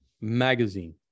magazine